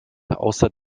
außer